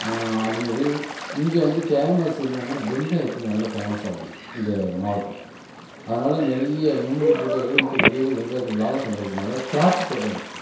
அதுமாரி இங்கே வந்து ஃபேமஸ் என்னென்னா வெங்காயத்துக்கு நல்லா ஃபேமஸாயிருக்கு இந்த மாவட்டம் அதனால நிறைய முன்னாடி போட்டதை விட இப்போ நிறைய பேர் வெங்காயத்தில் லாபம் சம்பாதிக்கிறதுனால் திராட்சை தோட்டம் இருக்குது